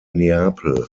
neapel